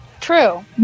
True